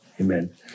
Amen